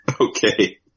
Okay